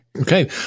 okay